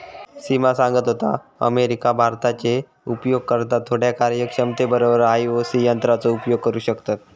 सिमा सांगत होता, अमेरिका, भारताचे उपयोगकर्ता थोड्या कार्यक्षमते बरोबर आई.ओ.एस यंत्राचो उपयोग करू शकतत